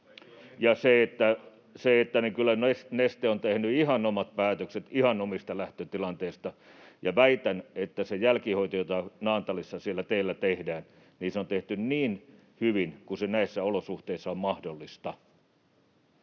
Ja kyllä Neste on tehnyt ihan omat päätökset ihan omista lähtötilanteista, ja väitän, että se jälkihoito, jota Naantalissa siellä teillä tehdään, on tehty niin hyvin kuin se näissä olosuhteissa on mahdollista.